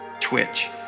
twitch